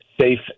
safe